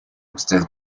usted